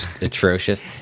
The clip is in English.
atrocious